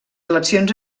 eleccions